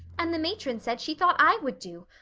and the matron said she thought i would do.